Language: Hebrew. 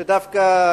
שדווקא,